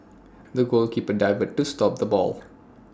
the goalkeeper dived to stop the ball